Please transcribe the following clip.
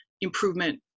improvement